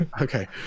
Okay